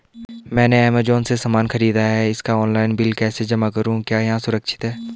मैंने ऐमज़ान से सामान खरीदा है मैं इसका ऑनलाइन बिल कैसे जमा करूँ क्या यह सुरक्षित है?